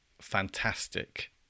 fantastic